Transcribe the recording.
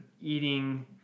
eating